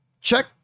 Check